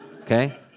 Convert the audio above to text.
Okay